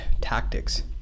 tactics